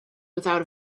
without